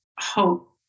hope